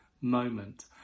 moment